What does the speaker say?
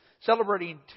celebrating